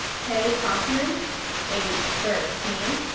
taye cockman age thirteen